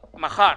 --- מחר.